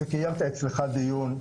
אתה קיימת אצלך דיון,